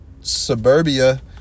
suburbia